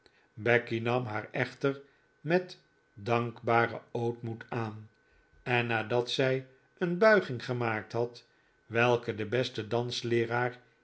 becky nam haar echter met dankbaren ootmoed aan en nadat zij een buiging gemaakt had welke den besten